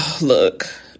Look